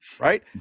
right